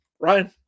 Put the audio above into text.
ryan